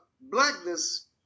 blackness